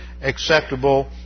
acceptable